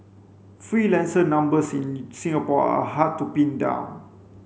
freelancer numbers in Singapore are hard to pin down